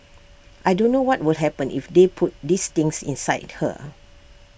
I don't know what will happen if they put this things inside her